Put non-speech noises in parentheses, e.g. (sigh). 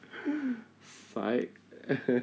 (laughs) sike (laughs)